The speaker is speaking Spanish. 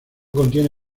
contiene